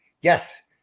Yes